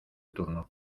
turno